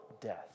death